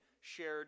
shared